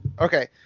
Okay